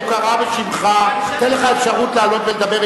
הוא קרא בשמך ואתן לך אפשרות לעלות ולדבר,